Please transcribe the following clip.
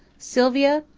sylvia,